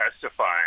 testifying